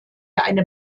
eine